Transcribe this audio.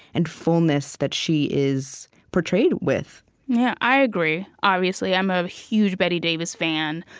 and fullness that she is portrayed with yeah i agree. obviously, i'm a huge bette davis fan.